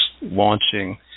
launching